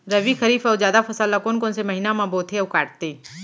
रबि, खरीफ अऊ जादा फसल ल कोन कोन से महीना म बोथे अऊ काटते?